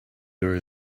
there